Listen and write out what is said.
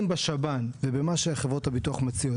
אם בשב"ן ובמה שחברות הביטוח מציעות